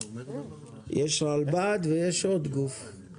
יש את הרלב"ד ויש עוד גוף.